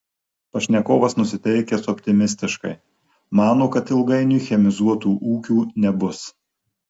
pašnekovas nusiteikęs optimistiškai mano kad ilgainiui chemizuotų ūkių nebus